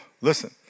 Listen